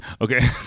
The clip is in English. Okay